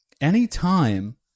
anytime